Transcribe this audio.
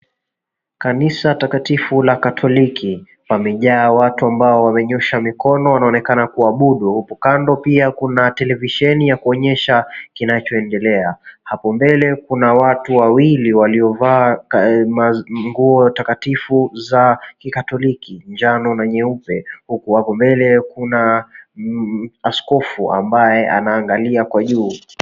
Kanisa takatifu la katoliki pamejaa watu ambao wamenyoosha mikono wanaonekana kuabudu. Hapo kando pia kuna televisheni ya kuonyesha kinachoendelea. Hapo mbele kuna watu wawili waliovaa manguo takatifu za kikatoliki; njano na nyeupe huku hapo mbele kuna askofu ambaye anaangalia kwa juu.